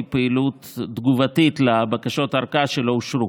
פעילות תגובתית לבקשות ארכה שלא אושרו,